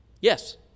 Yes